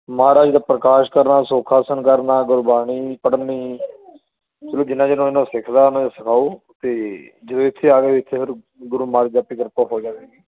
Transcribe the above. ਮਹਾਰਾਜ ਦੇ ਪ੍ਰਕਾਸ਼ ਕਰਨਾ ਸੌਖਾਸਨ ਕਰਨਾ ਗੁਰਬਾਣੀ ਪੜ੍ਹਨੀ ਜਿੰਨਾਂ ਚਿਰ ਇਹਨੂੰ ਸਿੱਖਦਾ ਉਨਾਂ ਸਿਖਾਓ ਅਤੇ ਜੇ ਇੱਥੇ ਆ ਗਏ ਇੱਥੇ ਫਿਰ ਗੁਰੂ ਮਹਾਰਾਜ ਦੀ ਆਪੇ ਕਿਰਪਾ ਹੋ ਜਾਵੇਗੀ